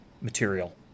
material